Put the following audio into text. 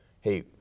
Hey